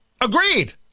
Agreed